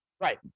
right